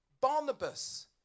Barnabas